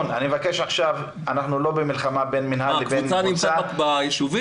אני מבקשת שלא יפריע לי באמצע הדברים.